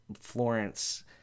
Florence